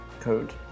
code